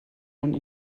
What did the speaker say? und